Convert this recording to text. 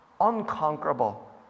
unconquerable